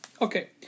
Okay